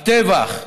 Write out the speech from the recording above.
הטבח,